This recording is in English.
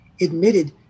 admitted